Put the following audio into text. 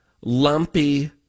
lumpy